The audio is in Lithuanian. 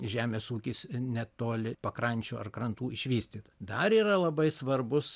žemės ūkis netoli pakrančių ar krantų išvystyt dar yra labai svarbus